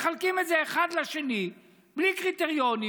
מחלקים את זה אחד לשני בלי קריטריונים,